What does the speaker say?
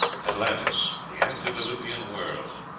atlantis the antediluvian world.